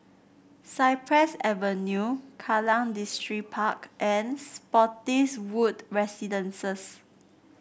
Cypress Avenue Kallang Distripark and Spottiswoode Residences